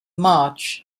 march